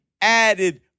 added